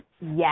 Yes